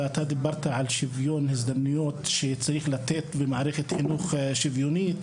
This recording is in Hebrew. ואתה דיברת על שוויון הזדמנויות שצריך לתת ועל מערכת חינוך שוויונית.